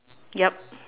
yup